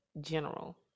general